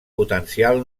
potencial